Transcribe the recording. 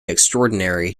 extraordinary